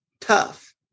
Tough